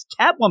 Catwoman